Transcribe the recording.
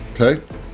okay